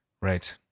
Right